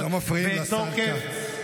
לא מפריעים לשר כץ.